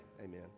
Amen